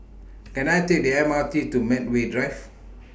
Can I Take The M R T to Medway Drive